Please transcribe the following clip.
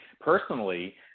personally